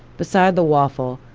beside the waffle,